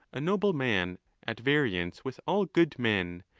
a noble man at variance with all good men,